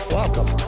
Welcome